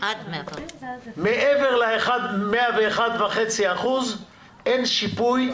מעבר ל-101.5% אין שיפוי,